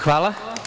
Hvala.